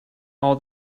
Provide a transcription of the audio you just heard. all